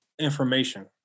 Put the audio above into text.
information